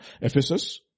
Ephesus